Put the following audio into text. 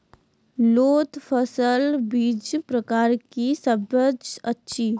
लोत फसलक बीजक प्रकार की सब अछि?